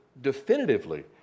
definitively